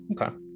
Okay